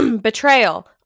betrayal